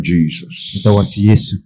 Jesus